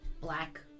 Black